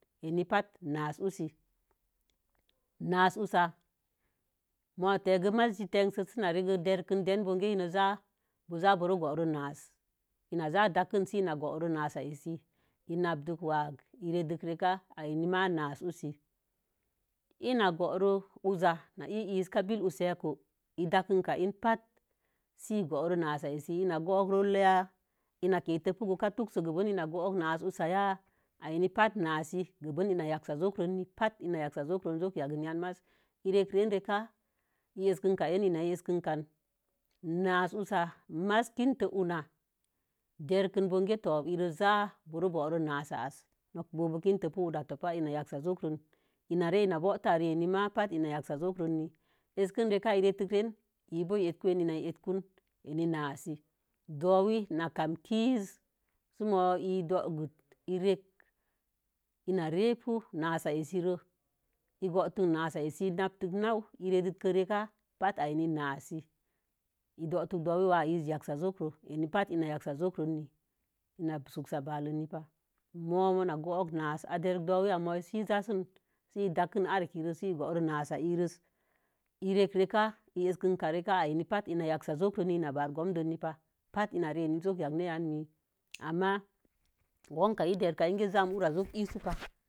Enii bate nasə wusə. Nasə wusa ma tə kə maza tengs sə sə na regək dədən mugek mii n za-za sə buhu bo̱o̱ro nasə i nəi za sə ɗank kən nasə asə, i nadik waggi, iredik reka e n ma nasə wosa. Ina buro uwuza itaka billək usəko idakika in patə sə i boro nasə a sə. Ina gowukə roloya ina gəte kə duksə gə ben ina bowukə eni bat nasə ɓantə ina yasə zo̱osə nii. Zo̱o̱-kə yak kə giṉgan maiiẕ irek reiren reka in asə kinka. Nasə wusa maiiz kinto wuna dəkin kə ina za bo̱o̱ boro nasə a'a sə. Nok bo̱o̱ ki to ko wuna topahi ina yagsə jokolin. Ina za ina bo̱o̱to i reani ma batə ina yagsə jokonə-a kin reka i re’ kə ren io bo̱o̱ ləkuə ina əhekun n ənun nasə. Dowən ina kamsə sə mo̱o̱ i dowg'i'tə ina rebu nasə əsəre in nətə na'u. I redin reka batə anil nasə i dotəa’ dowii a eꞌe’ yagsə zoko. A n batə in yagsə ko kuni. I na sursa ba'a lenil pa mo'u ma gowuk nasə i dərek kə dowii ya mo ii sə i dakə kə akəre sə ii bo̱o̱ro nasə irosə. I rerekə lakin ka rekor an batə ina yagsə jokone'e’ ina ba'ar gamdə ni pa patə ina reənin joki yaknə yan. Ama wunko ideka ikə zam wura'asə isupa.